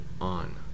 on